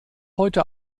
heute